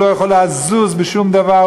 הוא לא יכול לזוז בשום דבר,